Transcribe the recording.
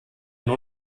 nur